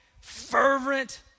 fervent